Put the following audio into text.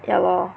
ya lor